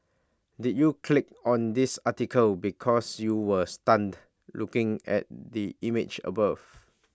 did you click on this article because you were stunned looking at the image above